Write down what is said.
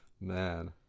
man